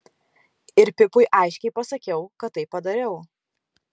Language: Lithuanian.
ir pipui aiškiai pasakiau kad taip padariau